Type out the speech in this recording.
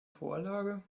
vorlage